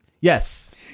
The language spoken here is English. Yes